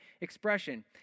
expression